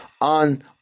on